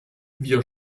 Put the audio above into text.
wir